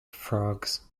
frogs